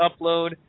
upload